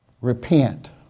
repent